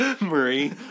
Marie